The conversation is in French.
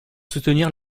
soutenir